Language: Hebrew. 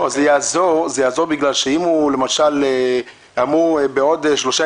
זה יעזור בגלל שאם למשל הוא אמור עוד שלושה